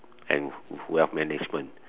and wealth management